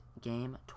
game